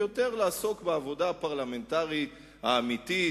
ויותר לעסוק בעבודה הפרלמנטרית האמיתית,